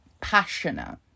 passionate